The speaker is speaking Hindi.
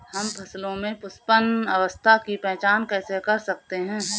हम फसलों में पुष्पन अवस्था की पहचान कैसे करते हैं?